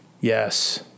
Yes